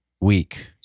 week